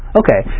okay